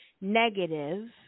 negative